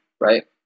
right